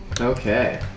Okay